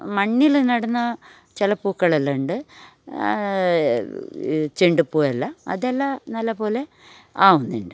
മണ്ണിൽ നടന്ന ചി ല പൂക്കളെല്ലാം ഉണ്ട് ചെണ്ട് പൂവെല്ലാം അതെല്ലാം നല്ല പോലെ ആവുന്നുണ്ട്